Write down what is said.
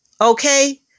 okay